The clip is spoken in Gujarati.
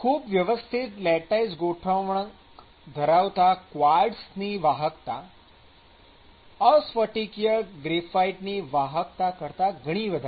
ખૂબ વ્યવસ્થિત લેટાઈસ ગોઠવણ ધરાવતા ક્વાર્ટઝની વાહકતા અસ્ફટિકીય ગ્રેફાઇટની વાહકતા કરતા ઘણી વધારે છે